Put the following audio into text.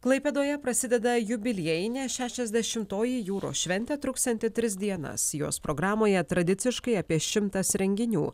klaipėdoje prasideda jubiliejinė šešiasdešimtoji jūros šventė truksianti tris dienas jos programoje tradiciškai apie šimtas renginių